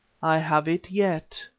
i have it yet.